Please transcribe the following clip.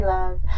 Love